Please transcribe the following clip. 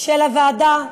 של הוועדה,